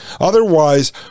Otherwise